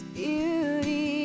beauty